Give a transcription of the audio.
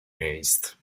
miejsc